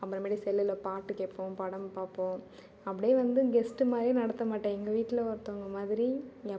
அப்புறமேட்டு செல்லில் பாட்டு கேட்போம் படம் பார்ப்போம் அப்டி வந்து கெஸ்ட்டு மாதிரியே நடத்த மாட்டேன் எங்கள் வீட்டில் ஒருத்தவங்க மாதிரி எப்